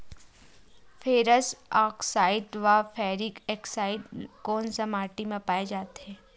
Ferrous oxide व ferric oxide कोन सा माटी म पाय जाथे?